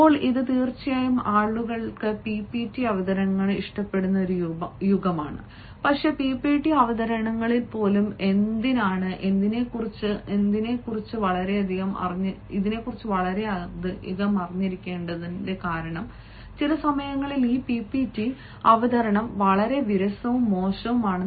ഇപ്പോൾ ഇത് തീർച്ചയായും ആളുകൾക്ക് പിപിടി അവതരണങ്ങൾ ഇഷ്ടപ്പെടുന്ന ഒരു യുഗമാണ് പക്ഷേ പിപിടി അവതരണങ്ങളിൽ പോലും എന്തിനാണ് എന്നതിനെക്കുറിച്ച് വളരെയധികം അറിഞ്ഞിരിക്കേണ്ടത് കാരണം ചില സമയങ്ങളിൽ ഈ പിപിടി അവതരണം വളരെ വിരസവും മോശവുമാണ്